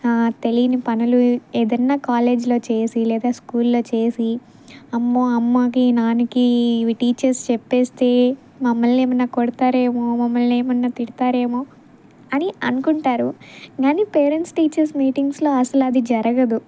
తెలియని పనులు ఏదైనా కాలేజ్లో చేసి లేదా స్కూల్లో చేసి అమ్మో అమ్మకి నాన్నకి ఇవి టీచర్స్ చెప్పేస్తే మమ్మల్ని ఏమైనా కొడతారేమో మమ్మల్ని ఏమైనా తిడతారేమో అని అనుకుంటారు కానీ పేరెంట్స్ టీచర్స్ మీటింగ్స్లో అసలు అది జరగదు